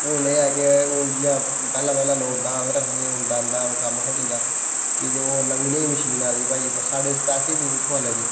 हून एह् ऐ के हून जां पैह्ले पैह्ले लोक दांद रखदे हे हून दांदै दा कम्म घटी गेदा कि के ओह् नमीं जेही मशीन आई दी भई साढ़े कश पैसे नेईं कुत्थुआं लैनी